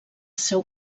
seu